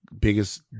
Biggest